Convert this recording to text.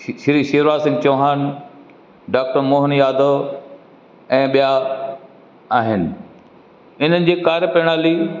Shri Shivraj Singh Chouhan doctor Mohan Yadav ऐं ॿियां आहिनि हिननि जी कार्य प्रणाली